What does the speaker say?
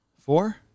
Four